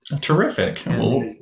Terrific